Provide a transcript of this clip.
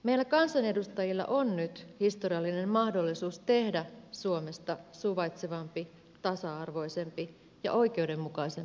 meillä kansanedustajilla on nyt historiallinen mahdollisuus tehdä suomesta suvaitsevampi tasa arvoisempi ja oikeudenmukaisempi maa